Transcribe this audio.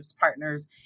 partners